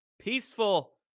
Peaceful